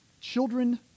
Children